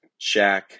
Shaq